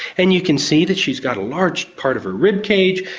and you can see that she's got a large part of her rib cage,